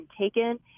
taken